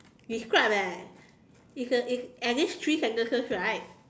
describe leh it's uh it's at least three sentences right